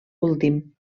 últim